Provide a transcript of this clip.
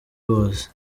base